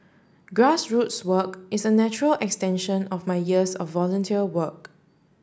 grassroots work is a natural extension of my years of volunteer work